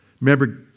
Remember